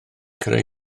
creu